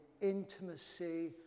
intimacy